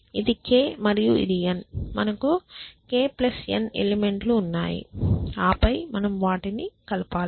ఇది k మరియు ఇది n మనకు k n ఎలిమెంట్ లు ఉన్నాయి ఆపై మనం వాటిని కలపాలి